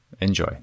Enjoy